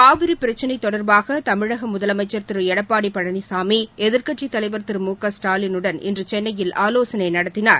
காவிரி பிரச்னை தொடர்பாக தமிழக முதலமைச்சர் திரு எடப்பாடி பழனிசாமி எதிர்க்கட்சித் தலைவர் திரு மு க ஸ்டாலினுடன் இன்று சென்னையில் ஆலோசனை நடத்தினார்